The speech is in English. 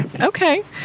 Okay